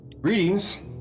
greetings